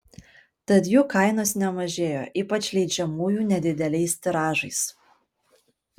tad jų kainos nemažėjo ypač leidžiamųjų nedideliais tiražais